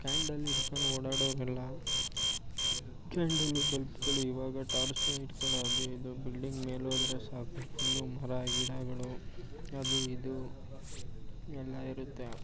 candle ಹಿಡ್ಕೊಂಡು ಓಡಾಡೋರು ಎಲ್ಲ ಕ್ಯಾಂಡಲು ಬಲ್ಪುಗಳು ಇವಾಗ ಟಾರ್ಚ್ ಲೈಟುಗಳು ಅದು ಇದು ಬಿಲ್ಡಿಂಗ್ ಮೇಲೆ ಹೋದ್ರೆ ಸಾಕು ಫುಲ್ಲು ಮರ ಗಿಡಗಳು ಅದು ಇದು ಎಲ್ಲ ಇರುತ್ತೆ